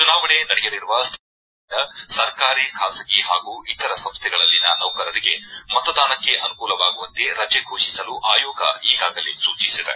ಚುನಾವಣೆ ನಡೆಯಲಿರುವ ಸ್ಥಳೀಯ ಸಂಸ್ಥೆಗಳ ವ್ಯಾಪ್ತಿಯಲ್ಲಿನ ಸರ್ಕಾರಿ ಬಾಸಗಿ ಹಾಗೂ ಇತರ ಸಂಸ್ಥೆಗಳಲ್ಲಿನ ನೌಕರರಿಗೆ ಮತದಾನಕ್ಕೆ ಅನುಕೂಲವಾಗುವಂತೆ ರಜೆ ಫೋಷಿಸಲು ಆಯೋಗ ಈಗಾಗಲೇ ಸೂಚಿಸಿದೆ